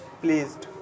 pleased